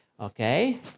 okay